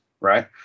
right